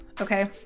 okay